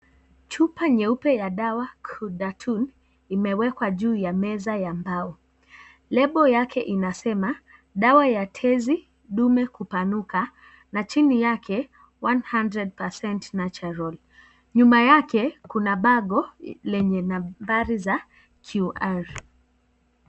Chupa nyeupe ya dawa Ghudatum imewekwa juu ya meza ya mbao, lebo yake inasema , dawa ya tezi dume kupanuka na chini yake 100 % natural , nyuma yake kuna bago lenye nambari za QR.